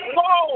no